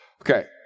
Okay